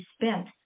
spent